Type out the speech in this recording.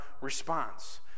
response